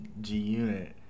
G-Unit